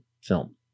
film